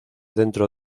dentro